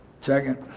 Second